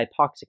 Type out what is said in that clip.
hypoxic